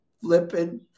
flipping